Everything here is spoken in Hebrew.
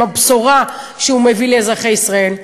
עם הבשורה שהוא מביא לאזרחי ישראל.